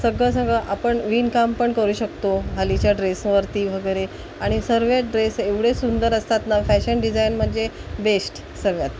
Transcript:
सगळं सगळं आपण विणकाम पण करू शकतो हल्लीच्या ड्रेसवरती वगैरे आणि सर्व ड्रेस एवढे सुंदर असतात ना फॅशन डिझायन म्हणजे बेस्ट सर्वात